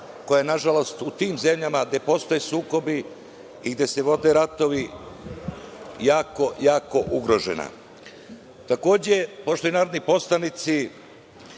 koja je, nažalost, u tim zemljama gde postoje sukobi i gde se vode ratovi jako, jako ugrožena. Poštovani narodni poslanici,